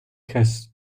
has